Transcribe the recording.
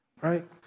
Right